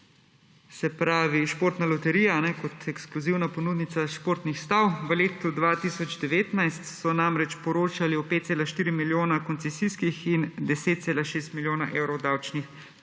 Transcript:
torej Športna loterija kot ekskluzivna ponudnica športnih stav. V letu 2019 so poročali o 5,4 milijona koncesijskih in 10,6 milijona evrov davčnih